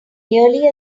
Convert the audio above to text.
nearly